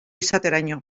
izateraino